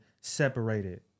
separated